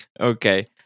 Okay